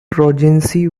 progeny